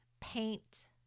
paint